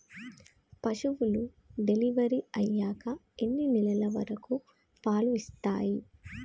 పశువులు డెలివరీ అయ్యాక ఎన్ని నెలల వరకు పాలు ఇస్తాయి?